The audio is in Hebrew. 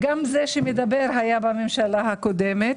גם זה שמדבר היה בממשלה הקודמת.